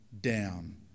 down